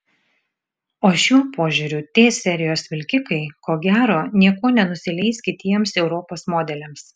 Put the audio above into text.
o šiuo požiūriu t serijos vilkikai ko gero niekuo nenusileis kitiems europos modeliams